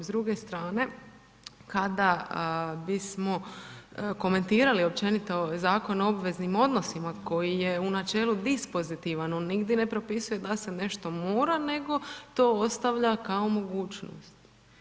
S druge strane, kada bismo komentirali općenito Zakon o obveznim odnosima, koji je u načelu dispozitivan, on nigdje ne propisuje da se nešto mora, nego to ostavlja kao mogućnost.